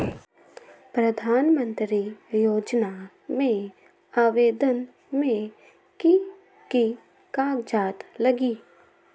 प्रधानमंत्री योजना में आवेदन मे की की कागज़ात लगी?